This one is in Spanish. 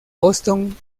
boston